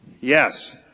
Yes